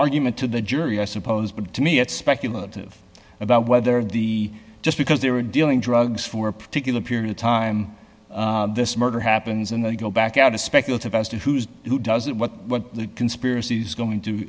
argument to the jury i suppose but to me it speculative about whether the just because they were dealing drugs for a particular period of time this murder happens and they go back out to speculative as to who's who does it what what the conspiracies going to